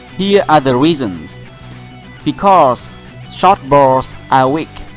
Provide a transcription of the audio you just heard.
here are the reasons because short balls are weak,